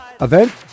event